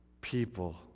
people